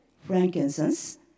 frankincense